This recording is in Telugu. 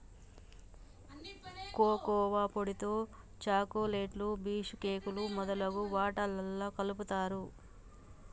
కోకోవా పొడితో చాకోలెట్లు బీషుకేకులు మొదలగు వాట్లల్లా కలుపుతారు